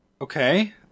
Okay